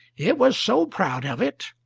it was so proud of it,